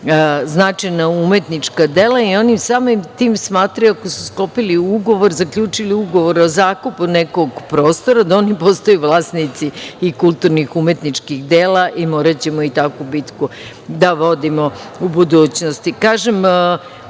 značajna umetnička dela i oni samim tim smatraju, ako su sklopili ugovor, zaključili ugovor o zakupu nekog prostora, da oni postaju vlasnici i kulturnih umetničkih dela. I moraćemo i takvu bitku da vodimo u budućnosti. Kažem